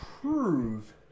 prove